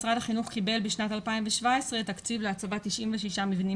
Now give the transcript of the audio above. משרד החינוך קיבל בשנת 2017 תקציב להצבת 96 מבנים